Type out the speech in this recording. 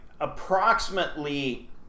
approximately